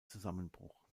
zusammenbruch